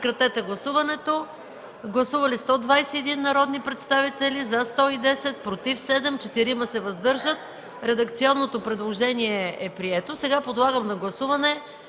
Сега подлагам на гласуване